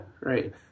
right